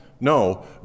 No